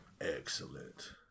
Excellent